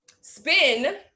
spin